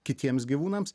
kitiems gyvūnams